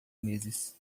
meses